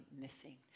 missing